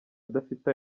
adafite